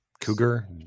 Cougar